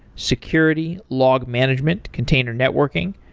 security, log management, container networking,